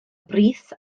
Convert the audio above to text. brith